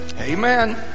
amen